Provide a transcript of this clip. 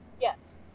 Yes